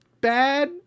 bad